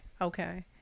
okay